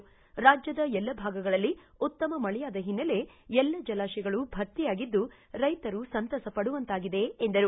ರಾಜ್ಯದ ಎಲ್ಲಾ ಭಾಗಗಳಲ್ಲಿ ಉತ್ತಮ ಮಳೆಯಾದ ಹಿನ್ನೆಲೆ ಎಲ್ಲಾ ಜಲಾಶಯಗಳು ಭರ್ತಿಯಾಗಿದ್ದು ರೈಶರು ಸಂತಸ ಪಡುವಂತಾಗಿದೆ ಎಂದರು